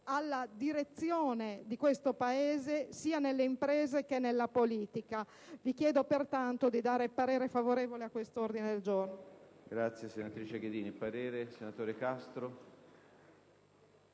alla direzione di questo Paese, sia nelle imprese che nella politica. Vi chiedo, pertanto, di esprimere un parere favorevole a questo ordine del giorno.